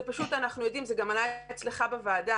אנחנו יודעים, זה גם עלה אצלך בוועדה